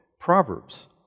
Proverbs